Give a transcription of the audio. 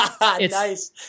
Nice